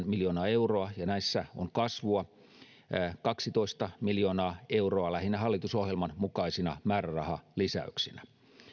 miljoonaa euroa ja näissä on kasvua kaksitoista miljoonaa euroa lähinnä hallitusohjelman mukaisina määrärahalisäyksinä